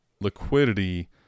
liquidity